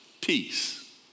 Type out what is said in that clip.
peace